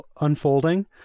unfolding